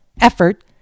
effort